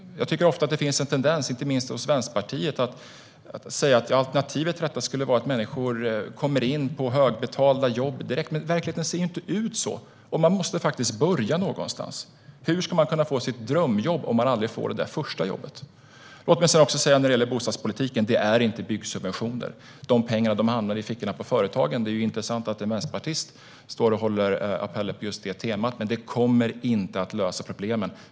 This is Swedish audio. Jag tycker att det ofta finns en tendens, inte minst hos Vänsterpartiet, att säga att alternativet till detta skulle vara att människor kommer in på högbetalda jobb direkt. Men verkligheten ser inte ut så. Och man måste faktiskt börja någonstans. Hur ska man kunna få sitt drömjobb om man aldrig får det där första jobbet? Låt mig också säga detta om bostadspolitiken: Det är inte byggsubventioner. De pengarna hamnar i fickorna på företagen. Det är intressant att en vänsterpartist står och håller appeller på just det temat, men detta kommer inte att lösa problemen.